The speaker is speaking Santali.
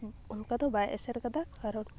ᱚᱱᱠᱟ ᱫᱚ ᱵᱟᱭ ᱮᱥᱮᱨ ᱠᱟᱫᱟ ᱠᱟᱨᱚᱱ